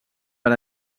per